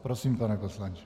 Prosím, pane poslanče.